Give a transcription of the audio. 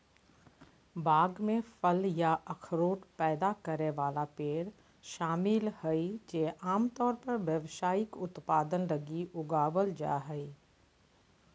बाग में फल या अखरोट पैदा करे वाला पेड़ शामिल हइ जे आमतौर पर व्यावसायिक उत्पादन लगी उगावल जा हइ